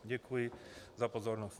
Děkuji za pozornost.